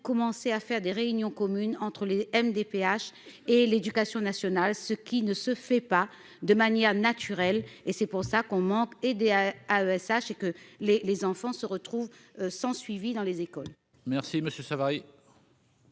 commencer à faire des réunions communes entre les MDPH et l'éducation nationale, ce qui ne se fait pas de manière naturelle et c'est pour ça qu'on manque, aider à ESH et que les les enfants se retrouvent sans suivi dans les écoles. Merci Monsieur Savary.